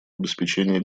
обеспечении